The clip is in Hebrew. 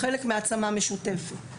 חלק מהעצמה משותפת.